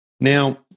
now